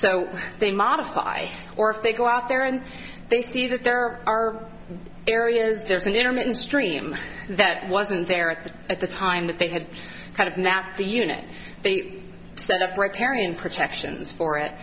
so they modify or if they go out there and they see that there are areas there's an intermittent stream that wasn't there at the at the time that they had kind of snapped the unit they set up repairing protections for it